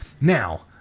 Now